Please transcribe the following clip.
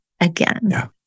again